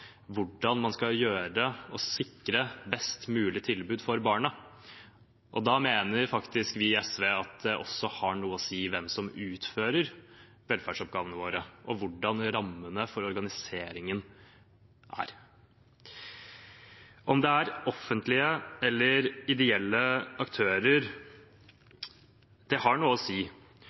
hvordan man skal sikre et best mulig tilbud for barna, og da mener faktisk vi i SV at det har noe å si hvem som utfører velferdsoppgavene våre, og hvordan rammene for organiseringen er. Om det er offentlige eller ideelle aktører, har noe å si,